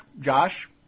Josh